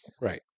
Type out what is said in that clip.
Right